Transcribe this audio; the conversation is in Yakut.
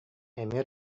эмиэ